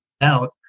out